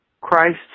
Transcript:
Christ